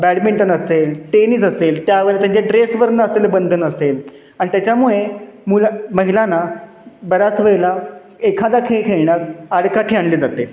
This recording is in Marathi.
बॅडमिंटन असेल टेनिस असेल त्यावेळी त्यांच्या ड्रेसवरनं असलेलं बंधन असेल आणि त्याच्यामुळे मुला महिलांना बऱ्याच वेळेला एखादा खेळ खेळण्यात आडकाठी आणली जाते